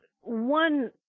one